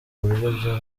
buryo